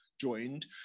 joined